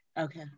Okay